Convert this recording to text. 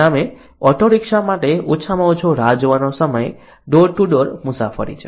પરિણામ auto rickshaw માટે ઓછામાં ઓછો રાહ જોવાનો સમય ડોર ટુ ડોર મુસાફરી છે